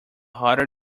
harder